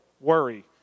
Worry